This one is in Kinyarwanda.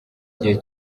gihe